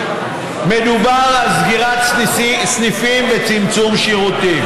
מדובר על סגירת סניפים וצמצום שירותים.